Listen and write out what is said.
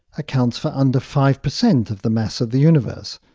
accounts for under five percent of the mass of the universe.